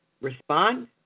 respond